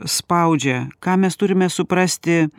spaudžia ką mes turime suprasti